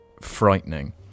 frightening